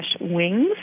wings